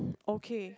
okay